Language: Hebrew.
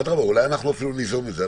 אדרבה, אולי אנחנו אפילו ניזום את זה.